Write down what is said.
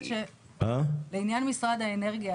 לעניין משרד האנרגיה,